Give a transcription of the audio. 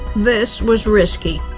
this was risky.